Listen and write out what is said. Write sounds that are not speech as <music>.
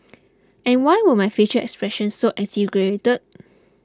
and why were my facial expressions so exaggerated <noise>